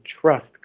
trust